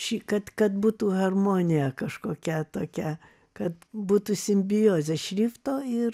šįkart kad būtų harmonija kažkokia tokia kad būtų simbiozė šrifto ir